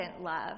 love